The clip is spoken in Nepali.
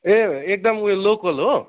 ए एकदम उयो लोकल हो